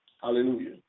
Hallelujah